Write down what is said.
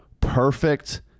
perfect